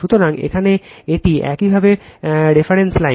সুতরাং এখানে এটি একইভাবে রেফারেন্স লাইন